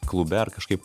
klube ar kažkaip